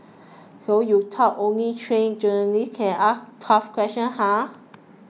so you thought only trained journalists can ask tough questions huh